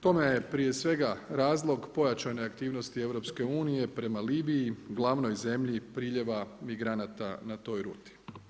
Tome je prije svega razlog pojačane aktivnosti EU prema Libiji, glavnoj zemlji priljeva migranata na toj ruti.